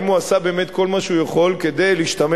אם הוא עשה באמת כל מה שהוא יכול כדי להשתמש